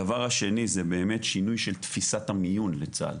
הדבר השני, זה באמת שינוי של תפיסת המיון בצה”ל